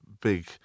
big